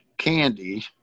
candy